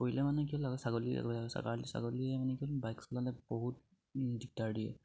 পৰিলে মানে কি লাগে ছাগলী ছাগলী ছাগলীয়ে মানে কিন্তু বাইক চলালে বহুত দিগদাৰ দিয়ে